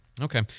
Okay